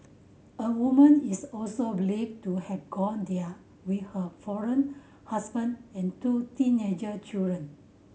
a woman is also believed to have gone there with her foreign husband and two teenager children